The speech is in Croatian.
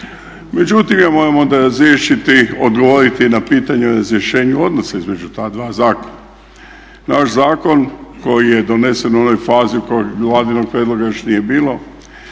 Međutim moramo onda razriješiti odgovoriti na pitanje o razrješenju odnosa između ta dva zakona. naš zakon koji je donesen u onoj fazi u kojoj vladinog prijedloga još nije bilo